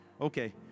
Okay